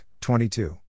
22